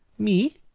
me?